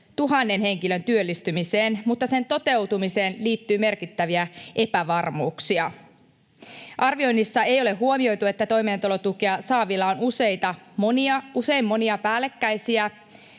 1 000 henkilön työllistymiseen, mutta sen toteutumiseen liittyy merkittäviä epävarmuuksia. Arvioinnissa ei ole huomioitu, että toimeentulotukea saavilla on usein monia päällekkäisiä